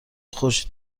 خورشید